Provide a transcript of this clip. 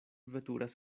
veturas